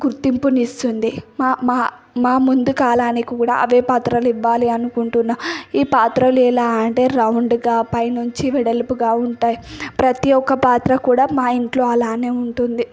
గుర్తింపునిస్తుంది మా మా మా ముందు కాలాన్ని కూడా అవే పాత్రలు ఇవ్వాలి అనుకుంటున్నాను ఈ పాత్రలు ఎలా అంటే రౌండ్గా పైనుంచి వెడల్పుగా ఉంటాయి ప్రతి ఒక్క పాత్ర కూడా మా ఇంట్లో అలానే ఉంటుంది